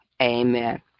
Amen